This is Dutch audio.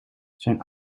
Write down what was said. zijn